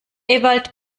ewald